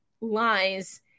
lies